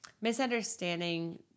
misunderstanding